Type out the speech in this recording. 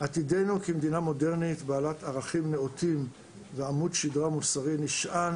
שעתידנו כמדינה מודרנית בעלת ערכים נאותים ועמוד שדרה מוסרי נשען